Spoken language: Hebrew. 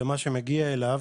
והוא גם מטפל במה שמגיע אליו,